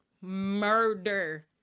murder